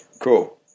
cool